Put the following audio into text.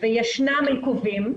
וישנם עיכובים.